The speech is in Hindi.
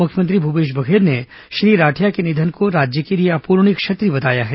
मुख्यमंत्री भूपेश बघेल ने श्री राठिया के निधन को राज्य के लिए अपूरणीय क्षति बताया है